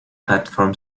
platform